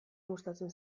gustatzen